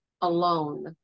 alone